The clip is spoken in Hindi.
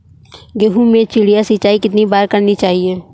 गेहूँ में चिड़िया सिंचाई कितनी बार करनी चाहिए?